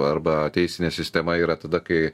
arba teisinė sistema yra tada kai